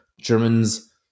Germans